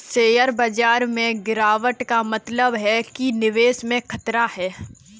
share बाजार में गिराबट का मतलब है कि निवेश में खतरा है